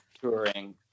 touring